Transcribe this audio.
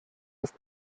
ist